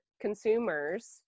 consumers